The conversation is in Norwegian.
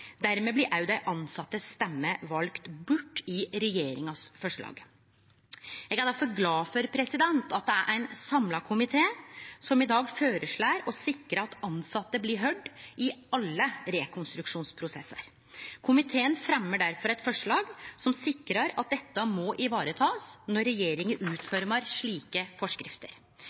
Dermed blir òg dei tilsette si stemme vald bort i forslaget til regjeringa. Eg er difor glad for at det er ein samla komité som i dag føreslår å sikre at tilsette blir høyrde i alle rekonstruksjonsprosessar. Komiteen fremjar difor eit forslag som sikrar at dette må varetakast når regjeringa utformar slike forskrifter.